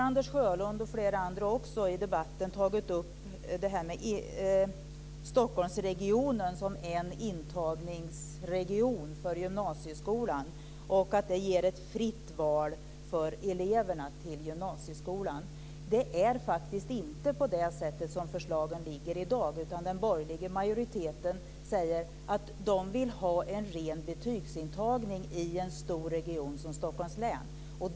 Anders Sjölund och flera andra talare har tagit upp Stockholmsregionen som intagningsområde för gymnasieskolan och menat att detta ger ett fritt val för eleverna till gymnasieskolan. Så är det faktiskt inte, som förslagen ligger i dag, utan den borgerliga majoriteten säger att den vill ha en ren betygsintagning i en stor region som Stockholms län.